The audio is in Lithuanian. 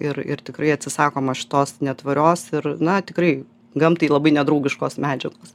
ir ir tikrai atsisakoma šitos netvarios ir na tikrai gamtai labai nedraugiškos medžiagos